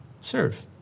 serve